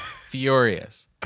Furious